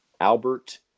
Albert